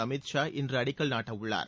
அமித் ஷா இன்று அடிக்கல் நாட்டவுள்ளார்